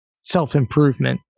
self-improvement